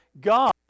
God